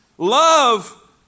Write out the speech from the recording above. Love